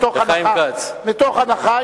מתוך הנחה,